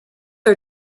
are